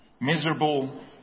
miserable